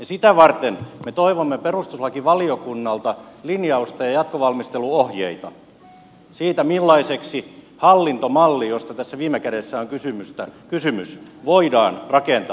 sitä varten me toivomme perustuslakivaliokunnalta linjausta ja jatkovalmisteluohjeita siitä millaiseksi hallintomalli josta tässä viime kädessä on kysymys voidaan rakentaa